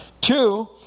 Two